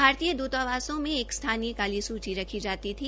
भारतीय दुतावासों मे एक स्थानीय काली सूची रखी जाती थी